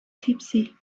tipsy